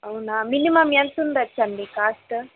అవునా మినిమమ్ ఎంతుండొచ్చండి కాస్టు